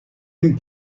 une